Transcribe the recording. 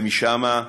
ומשם,